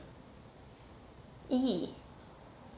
!ee!